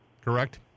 Correct